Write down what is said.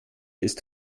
ist